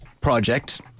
project